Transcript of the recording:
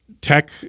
tech